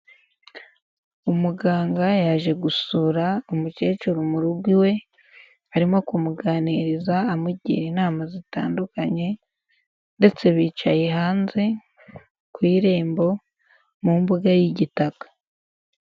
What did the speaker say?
Umuganga yaje gusura umukecuru mu rugo iwe, arimo kumuganiriza, amugira inama zitandukanye ndetse bicaye hanze, ku irembo, mu mbuga y'igitaka.